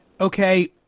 Okay